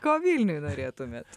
ko vilniui norėtumėt